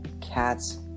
cats